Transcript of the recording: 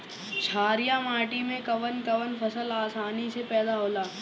छारिया माटी मे कवन कवन फसल आसानी से पैदा होला?